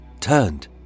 turned